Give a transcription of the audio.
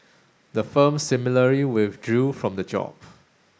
the firm similarly withdrew from the job